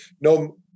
No